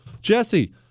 Jesse